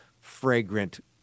fragrant